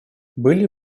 были